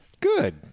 Good